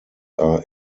are